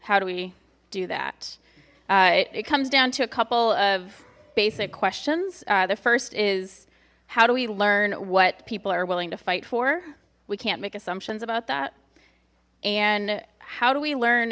how do we do that it comes down to a couple of basic questions the first is how do we learn what people are willing to fight for we can't make assumptions about that and how do we learn